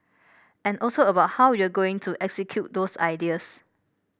and also about how you're going to execute those ideas